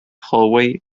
hallway